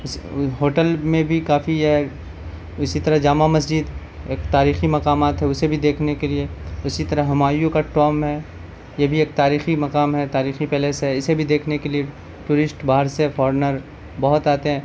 hotel میں بھی کافی اسی طرح جامع مسجد ایک تاریخی مقامات ہے اسے بھی دیکھنے کے لیے اسی طرح ہمایوں کا ٹومب ہے یہ بھی ایک تاریخی مقام ہے تاریخی پلیس ہے اسے بھی دیکھنے کے لیے ٹورسٹ باہر سے فورنر بہت آتے ہیں